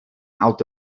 out